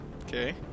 Okay